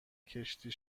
کشتی